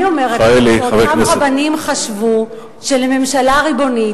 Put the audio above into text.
אני אומרת לך שאותם רבנים חשבו שלממשלה ריבונית